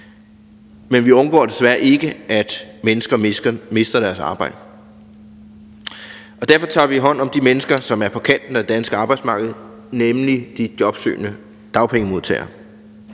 Men vi undgår desværre ikke, at mennesker mister deres arbejde. Og derfor tager vi hånd om de mennesker, som er på kanten af det danske arbejdsmarked, nemlig de jobsøgende dagpengemodtagere.